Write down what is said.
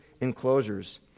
enclosures